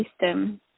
system